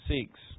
seeks